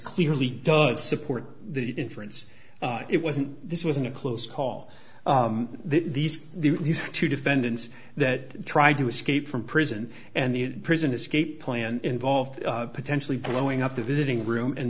clearly does support the inference it wasn't this wasn't a close call these these two defendants that tried to escape from prison and the prison escape plan involved potentially blowing up the visiting room and